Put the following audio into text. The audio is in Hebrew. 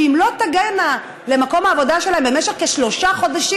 שאם לא תגענה למקום העבודה שלהן במשך כשלושה חודשים,